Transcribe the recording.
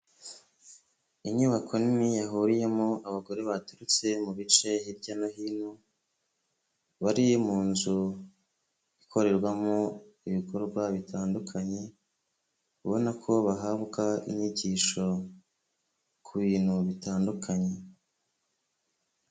Inyubako nini yahuriyemo abagore baturutse mu bice hirya no hino, bari mu nzu ikorerwamo ibikorwa bitandukanye kubona ko bahabwa inyigisho ku bintu bitandukanye.